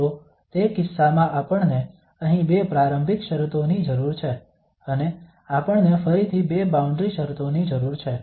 તો તે કિસ્સામાં આપણને અહીં બે પ્રારંભિક શરતોની જરૂર છે અને આપણને ફરીથી બે બાઉન્ડ્રી શરતો ની જરૂર છે